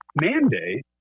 mandate